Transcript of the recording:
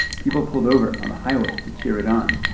people pulled over on the highway to cheer it on.